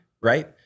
right